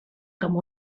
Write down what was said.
com